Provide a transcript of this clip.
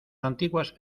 antiguas